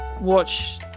watch